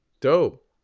Dope